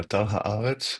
באתר הארץ,